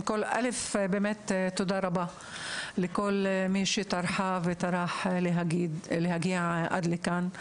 ראשית, תודה לכל מי שטרחה וטרח להגיע לכאן.